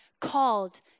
called